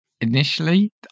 Initially